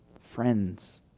Friends